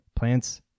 plants